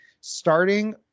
starting